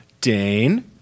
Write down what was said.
Dane